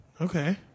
Okay